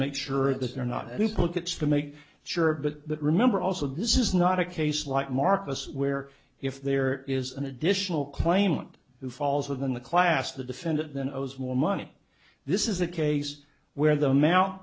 make sure that they're not who puts the make sure but remember also this is not a case like marcus where if there is an additional claimant who falls within the class the defendant then owes more money this is a case where the amount